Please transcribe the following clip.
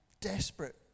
desperate